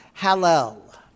Hallel